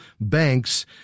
banks